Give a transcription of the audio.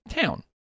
town